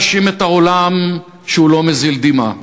להאשים את העולם שהוא לא מזיל דמעה,